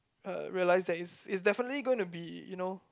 uh realise that it's it's definitely gonna be you know